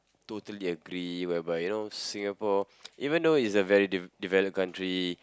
totally agree whereby you know Singapore even though it's a very de~ developed country